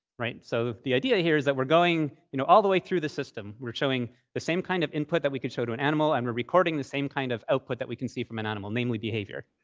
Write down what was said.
right? so the the idea here is that we're going you know all the way through the system. we're showing the same kind of input that we could show to an animal, and we're recording the same kind of output that we can see from an animal, namely behavior.